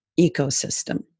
ecosystem